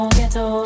ghetto